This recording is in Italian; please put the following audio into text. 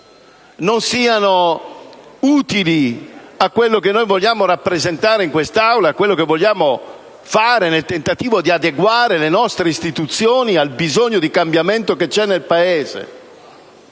non siano utili a quello che vogliamo rappresentare in quest'Aula e a quello che vogliamo fare nel tentativo di adeguare le nostre istituzioni al bisogno di cambiamento che c'è nel Paese.